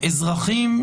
אזרחים,